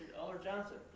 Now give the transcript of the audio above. alder johnson,